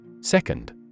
Second